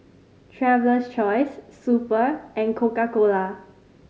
Traveler's Choice Super and Coca Cola